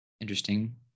interesting